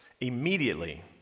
Immediately